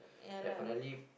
definitely